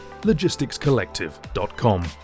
logisticscollective.com